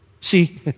See